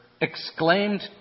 exclaimed